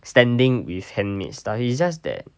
standing with handmade stuff it's just that